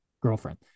girlfriend